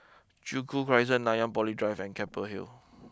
Joo Koon Crescent Nanyang Poly Drive and Keppel Hill